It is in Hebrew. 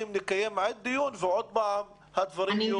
נקיים דיון ועוד פעם הדברים יהיו כך.